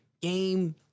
game